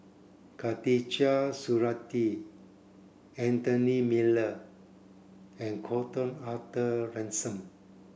Khatijah Surattee Anthony Miller and Gordon Arthur Ransome